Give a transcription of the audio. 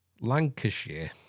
Lancashire